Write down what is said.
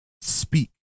speak